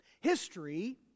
History